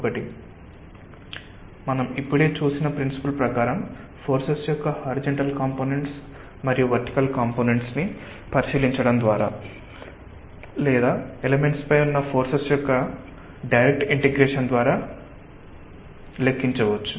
ఒకటి మనం ఇప్పుడే చూసిన ప్రిన్సిపుల్ ప్రకారం ఫోర్సెస్ యొక్క హారీజంటల్ కాంపొనెంట్స్ మరియు వర్టికల్ కాంపొనెంట్స్ ని పరిశీలించడం ద్వారా లేదా ఎలిమెంట్స్ పై ఉన్న ఫోర్సెస్ యొక్క డైరెక్ట్ ఇంటిగ్రేషన్ ద్వారా కావచ్చు